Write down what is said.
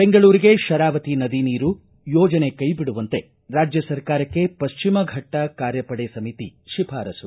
ಬೆಂಗಳೂರಿಗೆ ಶರಾವತಿ ನದಿ ನೀರು ಯೋಜನೆ ಕೈವಿಡುವಂತೆ ರಾಜ್ಯ ಸರ್ಕಾರಕ್ಕೆ ಪಶ್ಚಿಮ ಫಟ್ಟ ಕಾರ್ಯಪಡೆ ಸಮಿತಿ ಶಿಫಾರಸು